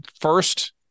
first